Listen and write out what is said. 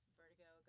Vertigo